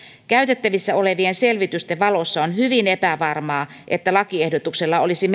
käytettävissä olevien selvitysten valossa on hyvin epävarmaa että lakiehdotuksella olisi